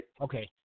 Okay